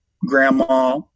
grandma